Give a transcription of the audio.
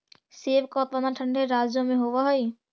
सेब का उत्पादन ठंडे राज्यों में होव हई